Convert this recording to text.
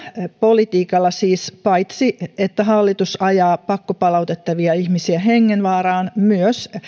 politiikalla siis hallitus paitsi ajaa pakkopalautettavia ihmisiä hengenvaaraan myös